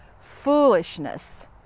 foolishness